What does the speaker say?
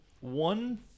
one